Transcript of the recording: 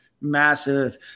massive